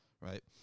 right